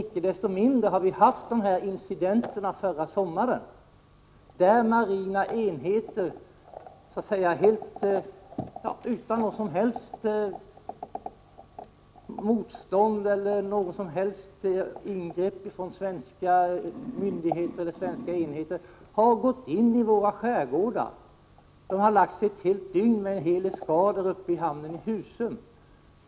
Icke desto mindre har vi haft incidenter av den typ som inträffade förra sommaren, när marina enheter utan något som helst ingripande från svenska enheter gick in i våra skärgårdar, och en komplett eskader låg ett helt dygn i Husums hamn.